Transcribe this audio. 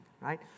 right